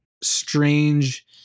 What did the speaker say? strange